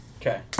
Okay